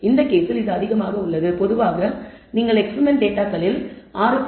இந்த கேஸில் இது அதிகமாக உள்ளது பொதுவாக நீங்கள் எக்ஸ்பிரிமெண்ட் டேட்டாகளில் நீங்கள் 6